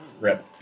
Rip